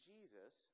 Jesus